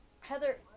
Heather